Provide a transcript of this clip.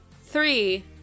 three